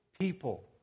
people